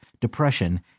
depression